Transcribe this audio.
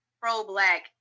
pro-black